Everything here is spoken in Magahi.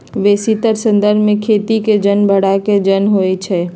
बेशीतर संदर्भ में खेती के जन भड़ा के जन होइ छइ